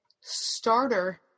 starter